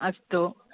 अस्तु